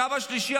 הקו השלישי,